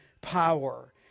power